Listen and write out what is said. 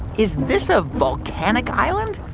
is this a volcanic island?